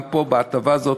גם פה, בהטבה הזאת,